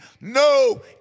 no